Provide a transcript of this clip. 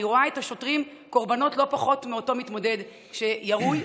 אני רואה בשוטרים קורבנות לא פחות מהמתמודד הירוי,